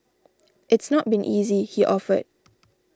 it's not been easy he offered